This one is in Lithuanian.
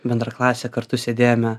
bendraklase kartu sėdėjome